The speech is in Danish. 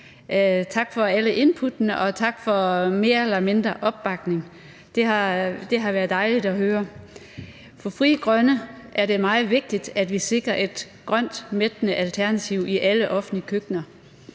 Tak for alle inputtene, og tak for mere eller mindre opbakning. Det har været dejligt at høre. For Frie Grønne er det meget vigtigt, at vi sikrer et grønt mættende alternativ i alle offentlige køkkener.